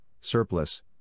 surplus